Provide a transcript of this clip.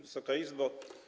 Wysoka Izbo!